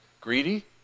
greedy